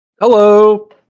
Hello